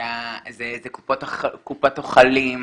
זה קופות החולים,